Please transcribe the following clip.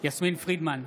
בהצבעה יסמין פרידמן,